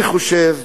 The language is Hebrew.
אני חושב,